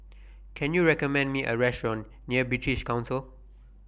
Can YOU recommend Me A Restaurant near British Council